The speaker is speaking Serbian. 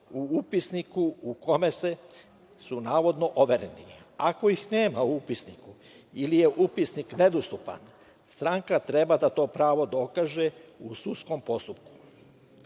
u upisniku u kome su navodno overeni. Ako ih nema u upisniku ili je upisnik nedostupan, stranka treba da to pravo dokaže u sudskom postupku. Sve